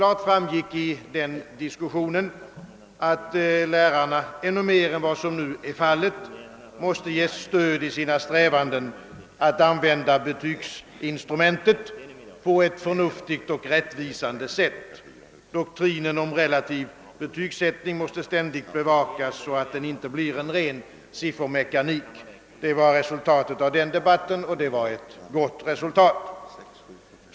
Av denna diskussion framgick det klart, att lärarna ännu mer än vad som nu är fallet måste ges stöd i sina strävanden att använda betygsinstrumentet på ett förnuftigt och rättvisande sätt. Doktrinen om relativ betygsättning måste samtidigt bevakas så, att den inte blir en ren siffermekanik. Detta var resultatet av denna debatt, och det får anses vara gott.